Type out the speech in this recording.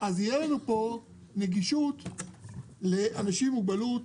אז תהיה לנו פה נגישות לאנשים עם מוגבלות.